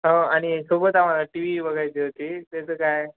हो आणि सोबत आम्हाला टी वी बघायची होती त्याचं काय